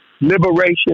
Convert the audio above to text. liberation